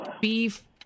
Beef